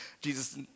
Jesus